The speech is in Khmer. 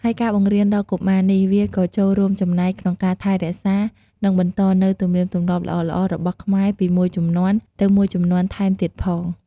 ហើយការបង្រៀនដល់កុមារនេះវាក៏ចូលរួមចំណែកក្នុងការថែរក្សា និងបន្តនូវទំនៀមទម្លាប់ល្អៗរបស់ខ្មែរពីមួយជំនាន់ទៅមួយជំនាន់ថែមទៀតផង។